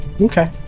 Okay